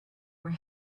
were